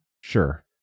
sure